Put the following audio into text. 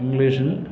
ഇംഗ്ലീഷിൽ